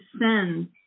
send